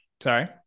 sorry